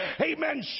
Amen